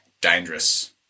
dangerous